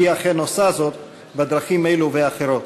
והיא אכן עושה זאת בדרכים אלו ואחרות,